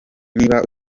niba